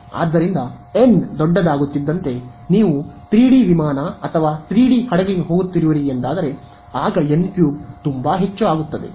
ಆದ್ದರಿಂದ n ದೊಡ್ಡದಾಗುತ್ತಿದ್ದಂತೆ ನೀವು 3 ಡಿ ವಿಮಾನ ಅಥವಾ 3 ಡಿ ಹಡಗಿಗೆ ಹೋಗುತ್ತಿರುವಿರಿ ಎಂದಾದರೆ ಆಗ n3 ತುಂಬಾ ಹೆಚ್ಚು ಆಗುತ್ತದೆ